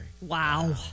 Wow